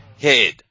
head